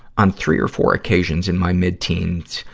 on three or four occasions, in my mid-teens,